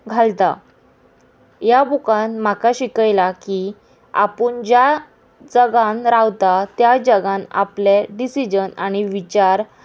घालता ह्या बुकान म्हाका शिकयला की आपूण ज्या जगान रावता त्या जगान आपले डिसिजन आनी विचार